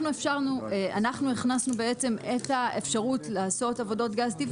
אנחנו הכנסנו את האפשרות לעשות עבודות גז טבעי.